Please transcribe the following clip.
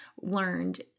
learned